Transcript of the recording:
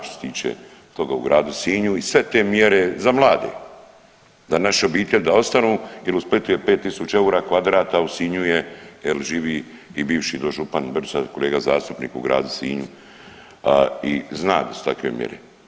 Što se tiče toga u gradu Sinju i sve te mjere za mlade, da naše obitelji ostanu jer u Splitu je 5000 eura kvadrat, a u Sinju je jer živi i bivši dožupan sad kolega zastupnik u gradu Sinju i zna da su takve mjere.